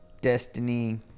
Destiny